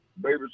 baby